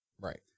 Right